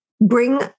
bring